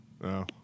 No